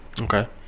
Okay